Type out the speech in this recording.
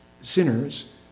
sinners